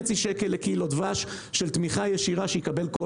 שקל לקילו דבש של תמיכה ישירה שיקבל כל חקלאי.